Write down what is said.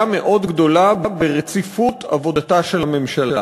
מאוד גדולה ברציפות עבודתה של הממשלה.